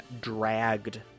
dragged